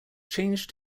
changed